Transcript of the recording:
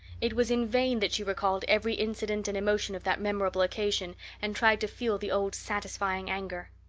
it was in vain that she recalled every incident and emotion of that memorable occasion and tried to feel the old satisfying anger.